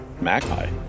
Magpie